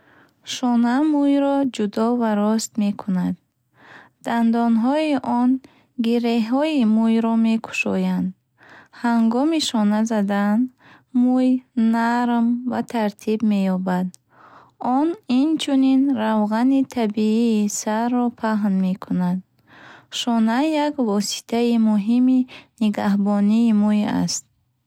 Шона мӯйро ҷудо ва рост мекунад. Дандонҳои он гиреҳҳои мӯйро мекушоянд. Ҳангоми шона задан, мӯй нарм ва тартиб меёбад. Он инчунин равғани табии сарро паҳн мекунад. Шона як воситаи муҳими нигаҳбонии мӯй аст.